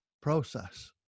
process